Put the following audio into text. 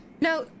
Now